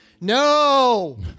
No